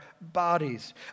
bodies